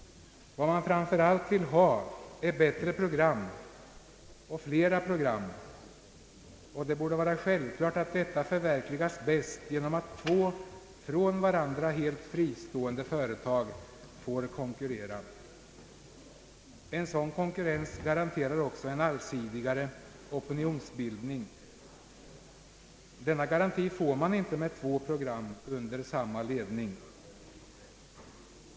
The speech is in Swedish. Vad man framför allt vill ha är bättre program och fler program, och det borde vara självklart att detta förverkligas bäst genom att två från varandra helt fristående företag får konkurrera. En sådan konkurrens garanterar också en allsidigare opinionsbildning. Denna garanti får man inte med två program under samma ledning.